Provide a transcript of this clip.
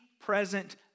present